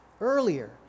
earlier